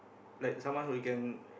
like someone whom you can